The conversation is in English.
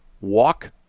walk